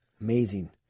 Amazing